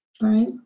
Right